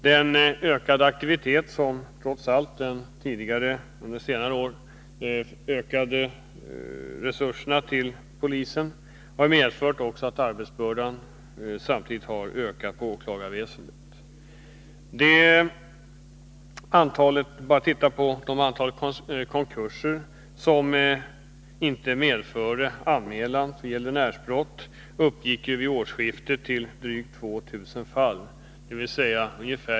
Den ökade aktiviteten till följd av de under senare år trots allt ökade resurserna till polisen har också medfört att arbetsbördan har ökat inom åklagarväsendet. Man kan bara titta på antalet konkurser som inte medfört anmälan om gäldenärsbrott. Antalet uppgick vid årsskiftet till drygt 2000 fall.